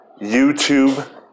YouTube